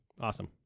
Awesome